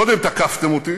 קודם תקפתם אותי,